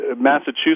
Massachusetts